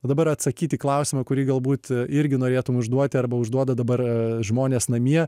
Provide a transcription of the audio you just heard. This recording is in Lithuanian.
o dabar atsakyt į klausimą kurį galbūt irgi norėtum užduoti arba užduoda dabar žmonės namie